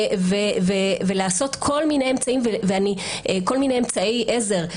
ולעשות כל מיני אמצעי עזר,